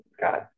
God